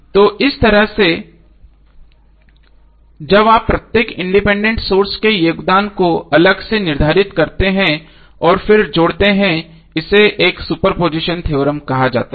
तो इस तरह से जब आप प्रत्येक इंडिपेंडेंट सोर्स के योगदान को अलग से निर्धारित करते हैं और फिर जोड़ते है इसे एक सुपरपोजिशन थ्योरम कहा जाता है